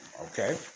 Okay